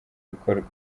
bikorwa